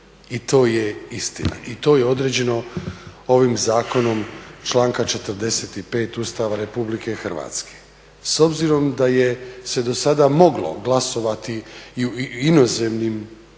i to je istina i to je određeno ovim zakonom članka 45. Ustava Republike Hrvatske. S obzirom da se do sada moglo glasovati i u inozemnim